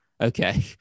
Okay